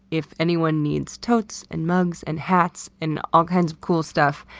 if anyone needs totes and mugs and hats and all kinds of cool stuff,